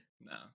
No